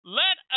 let